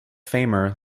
famer